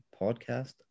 podcast